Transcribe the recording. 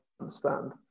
understand